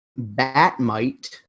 Batmite